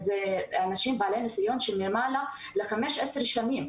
אלה אנשים בעלי ניסיון של למעלה מ-15 שנים.